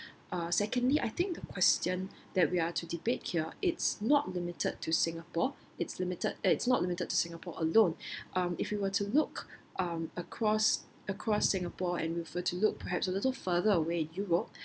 uh secondly I think the question that we are to debate here it's not limited to singapore it's limited eh it's not limited to singapore alone um if you were to look um across across singapore and refer to look perhaps a little further away you will